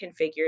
configured